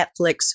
Netflix